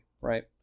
right